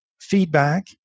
feedback